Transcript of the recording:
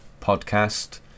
podcast